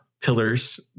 pillars